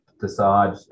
decide